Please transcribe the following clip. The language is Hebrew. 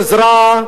עזרה,